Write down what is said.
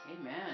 Amen